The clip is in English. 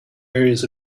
areas